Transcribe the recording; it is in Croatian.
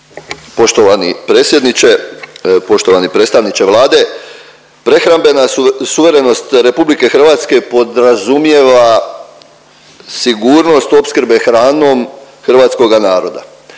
poštovani predstavniče Vlade prehrambena suverenost RH podrazumijeva sigurnost opskrbe hranom hrvatskoga naroda.